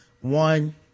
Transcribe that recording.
one